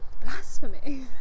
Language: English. Blasphemy